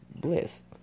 bliss